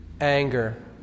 anger